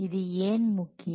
இது ஏன் முக்கியம்